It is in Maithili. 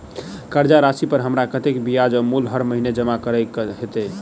कर्जा राशि पर हमरा कत्तेक ब्याज आ मूल हर महीने जमा करऽ कऽ हेतै?